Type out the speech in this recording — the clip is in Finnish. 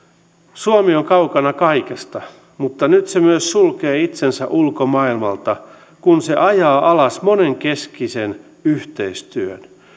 suomi on kaukana kaikesta mutta nyt se myös sulkee itsensä ulkomaailmalta kun se ajaa alas monenkeskisen yhteistyön